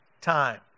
time